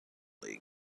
league